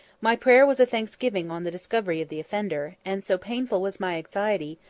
my prayer was a thanksgiving on the discovery of the offender and so painful was my anxiety,